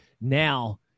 now